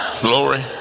Glory